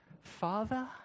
Father